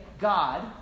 God